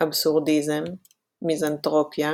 אבסורדיזם מיזנתרופיה